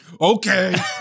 Okay